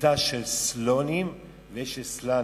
כיתה של סלונים ויש של סלאנים.